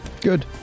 Good